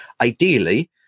ideally